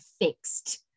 fixed